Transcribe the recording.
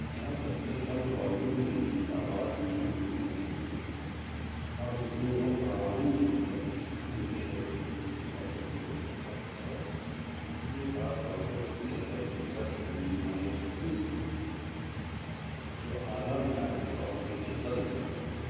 یہاں تک کہ کم والیوم میں بھی آواز بگڑی ہوئی محسوس ہوتی ہے اور اس میں وہ فراوانی نہیں ہے جس کی مجھے ہیڈ فونس کی مہذب جوڑے سے توقع ہے یہ خاص طور پر کسی ایسے شخص کے لیے مایوس کن ہے جو اعلیٰ معیار کے آڈیو کی قدر کرتا ہے